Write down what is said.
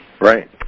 Right